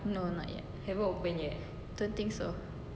no not yet don't think so